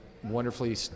wonderfully